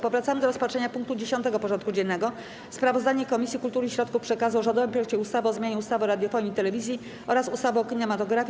Powracamy do rozpatrzenia punktu 10. porządku dziennego: Sprawozdanie Komisji Kultury i Środków Przekazu o rządowym projekcie ustawy o zmianie ustawy o radiofonii i telewizji oraz ustawy o kinematografii.